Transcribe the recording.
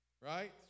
right